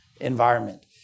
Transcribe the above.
environment